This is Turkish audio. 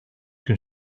gün